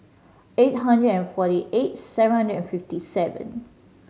eight hundred and forty eight seven hundred and fifty seven